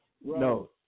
No